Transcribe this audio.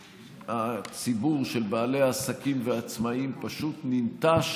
שהציבור של בעלי העסקים והעצמאים פשוט ננטש